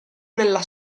nella